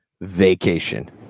Vacation